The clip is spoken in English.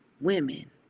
women